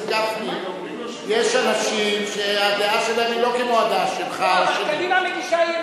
אני יודע שאין בעיה במדינת ישראל,